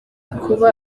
kuba